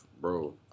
Bro